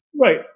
right